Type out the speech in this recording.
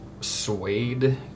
suede